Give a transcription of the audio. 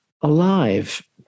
alive